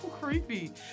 Creepy